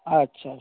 अच्छा